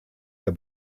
der